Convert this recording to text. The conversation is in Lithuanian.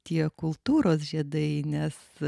tie kultūros žiedai nes